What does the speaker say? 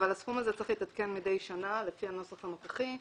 אבל הסכום הזה צריך להתעדכן מדי שנה לפי הנוסח הנוכחי,